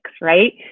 right